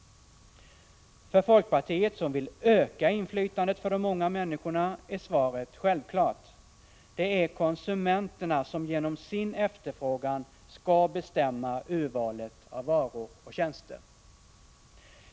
För folkpartiet, som vill öka inflytandet för de många människorna, är svaret självklart: det är konsumenterna som genom sin efterfrågan skall bestämma urvalet av varor och tjänster.